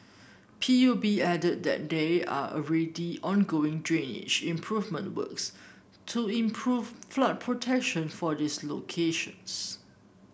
P U B added that they are already ongoing drainage improvement works to improve flood protection for these locations